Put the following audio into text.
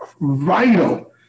vital